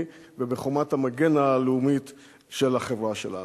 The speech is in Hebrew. ובחומת המגן הלאומית של החברה שלנו.